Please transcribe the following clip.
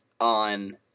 on